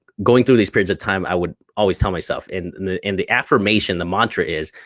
going through these periods of time, i would always tell myself. in the in the affirmation, the mantra is,